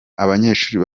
abanyeshuri